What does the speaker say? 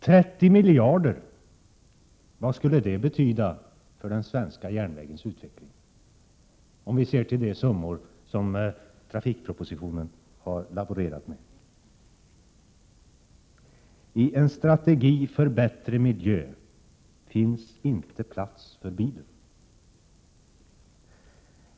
30 miljarder, vad skulle det betyda för den svenska järnvägens utveckling, om vi ser till de summor som trafikpropositionen har laborerat med? I en strategi för bättre miljö finns inte plats för bilen.